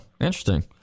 interesting